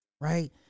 Right